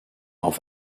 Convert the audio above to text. auf